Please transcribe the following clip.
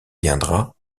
viendra